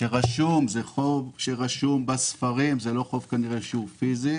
שרשום בספרים זה כנראה לא חוב שהוא פיזי